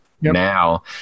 now